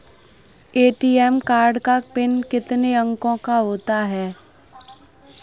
ATM card का PIN कितने अंकों का होता है?